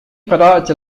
قراءة